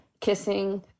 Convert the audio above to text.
kissing